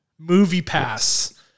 MoviePass